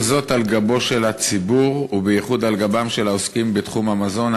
כל זאת על גבו של הציבור ובייחוד על גבם של העוסקים בתחום המזון,